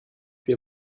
wir